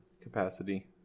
capacity